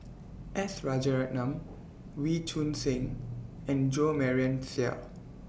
S Rajaratnam Wee Choon Seng and Jo Marion Seow